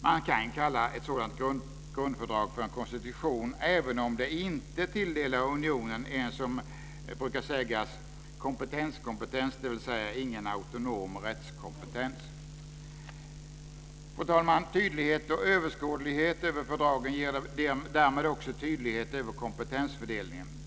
Man kan kalla ett sådant grundfördrag för en konstitution, även om det inte tilldelar unionen en, som man brukar säga kompetens-komptetens, dvs. ingen autonom rättskompetens. Fru talman! Tydlighet i och överskådlighet över fördragen ger därmed också tydlighet över kompetensfördelningen.